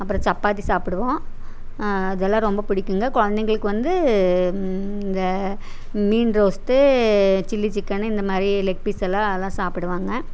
அப்புறம் சப்பாத்தி சாப்பிடுவோம் இதெல்லாம் ரொம்ப பிடிக்குங்க குழந்தைங்களுக்கு வந்து இந்த மீன் ரோஸ்ட்டு சில்லி சிக்கனு இந்த மாதிரி லெக் பீஸ்ஸெல்லாம் சாப்பிடுவாங்க